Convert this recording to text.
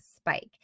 spike